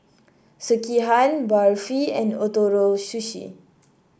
Sekihan Barfi and Ootoro Sushi